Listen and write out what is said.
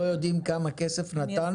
לא יודעים כמה כסף נתנו?